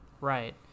right